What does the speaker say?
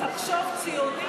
תחשוב ציוני.